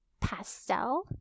pastel